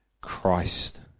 Christ